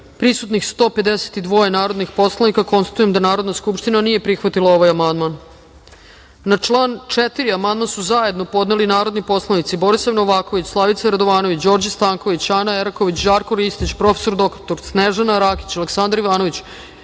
prisutna 152 narodna poslanika. Konstatujem da Narodna skupština nije prihvatila ovaj amandman. Na član 2. amandman, sa ispravkom, zajedno su podneli narodni poslanici Borislav Novaković, Slavica Radovanović, Đorđe Stanković, Ana Eraković, Žarko Ristić, prof. dr Snežana Rakić, Aleksandar Ivanović,